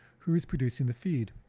who is producing the feed.